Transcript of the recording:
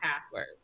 password